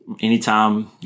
Anytime